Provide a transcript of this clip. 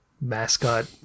mascot